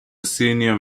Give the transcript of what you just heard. senior